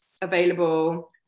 available